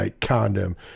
condom